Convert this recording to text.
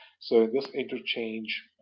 so this interchange,